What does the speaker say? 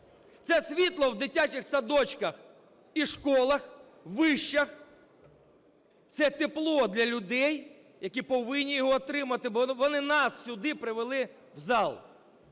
це світло в дитячих садочках і школах, вишах, це тепло для людей, які повинні його отримати, бо вони нас сюди привели в зал.